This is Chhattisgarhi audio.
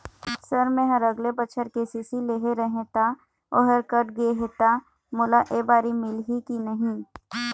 सर मेहर अगले बछर के.सी.सी लेहे रहें ता ओहर कट गे हे ता मोला एबारी मिलही की नहीं?